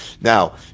Now